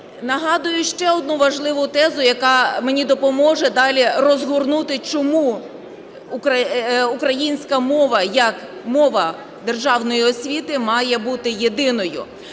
нагадую ще одну важливу тезу, яка мені допоможе далі розгорнути, чому українська мова як мова державної освіти має бути єдиною.